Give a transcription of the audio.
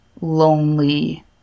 lonely